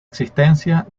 existencia